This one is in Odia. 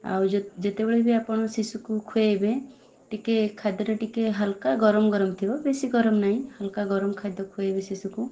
ଆଉ ଯେତେବେଳେ ବି ଆପଣ ଶିଶୁକୁ ଖୁଆଇବେ ଟିକିଏ ଖାଦ୍ୟଟା ଟିକିଏ ହାଲ୍କା ଗରମ ଗରମ ଥିବ ବେଶୀ ଗରମ ନାହିଁ ହାଲ୍କା ଗରମ ଖାଦ୍ୟ ଖୁଆଇବେ ଶିଶୁକୁ